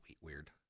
weird